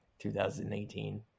2018